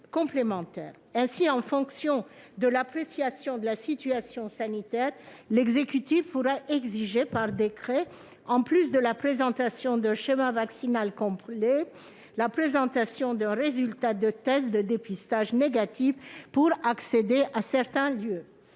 Ainsi, en fonction de l'appréciation de la situation sanitaire, l'exécutif pourra exiger par décret, en plus de la présentation d'un schéma vaccinal complet, la présentation de résultats de tests de dépistage négatifs pour accéder à certains lieux.